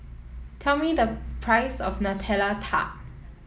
tell me the price of Nutella Tart